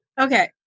Okay